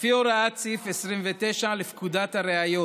לפי הוראת סעיף 29 לפקודת הראיות,